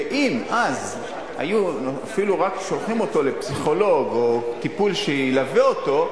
ואם אז היו אפילו רק שולחים אותו לפסיכולוג או לטיפול שילווה אותו,